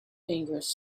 fingers